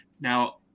Now